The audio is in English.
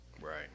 Right